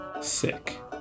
Sick